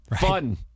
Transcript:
Fun